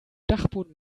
dachboden